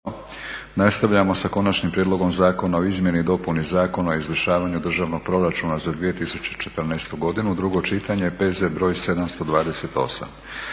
Nastavljamo sa - Konačni prijedlog zakona o izmjenama i dopuni Zakona o izvršavanju Državnog proračuna za 2014. godinu, drugo čitanje, P.Z. br. 728